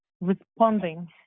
responding